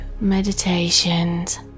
meditations